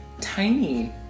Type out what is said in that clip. tiny